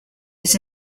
his